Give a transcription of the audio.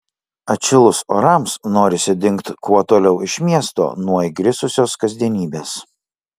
atšilus orams norisi dingt kuo toliau iš miesto nuo įgrisusios kasdienybės